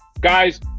Guys